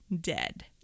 dead